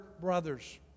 brothers